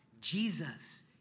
Jesus